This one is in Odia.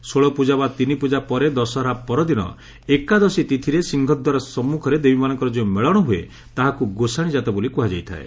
ଷୋଳପ୍ଟଜା ବା ତିନିପ୍ଟଜା ପରେ ଦଶହରା ପରଦିନ ଏକାଦଶୀ ତିଥିରେ ସିଂହଦ୍ୱାର ସମ୍ମୁଖରେ ଦେବୀମାନଙ୍କର ଯେଉଁ ମେଳଶ ହୁଏ ତାହାକୁ ଗୋସାଶୀଯାତ ବୋଲି କୁହାଯାଇଥାଏ